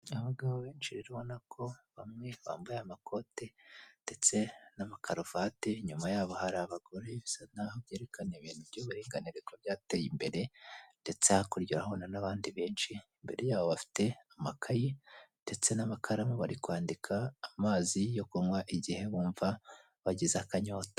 Abagabo benshi rero ubona ko bamwe bambaye amakote ndetse n'amakaruvate, inyuma y'abo hari abagore bisa naho byerekana ibintu by'uburinganire ko byateye imbere, ndetse hakurya urahabona n'abandi benshi, imbere yabo bafite amakayi ndetse n'amakaramu bari kwandika, amazi yo kunywa igihe bumva bagize akanyota.